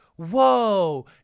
whoa